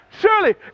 Surely